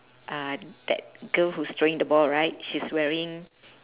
uh that girl who's throwing the ball right she's wearing